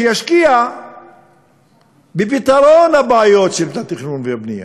שישקיע בפתרון הבעיות של התכנון והבנייה.